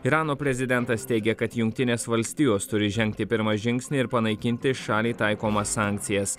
irano prezidentas teigia kad jungtinės valstijos turi žengti pirmą žingsnį ir panaikinti šaliai taikomas sankcijas